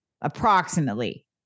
approximately